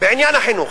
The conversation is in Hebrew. בעניין החינוך,